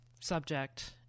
subject